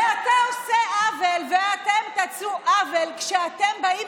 ואתה עושה עוול ואתם תעשו עוול כשאתם באים